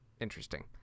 Interesting